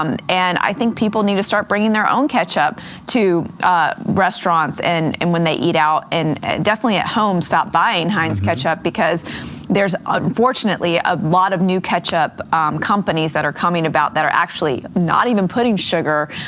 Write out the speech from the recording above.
um and i think people need to start bringing their own ketchup to restaurants and and when they eat out, and definitely at home stop buying heinz ketchup because there's unfortunately a lot of new ketchup companies that are coming about that are actually not even putting sugar.